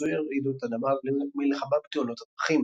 לחיזוי רעידות אדמה ולמלחמה בתאונות הדרכים.